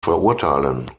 verurteilen